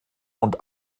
und